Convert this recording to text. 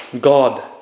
God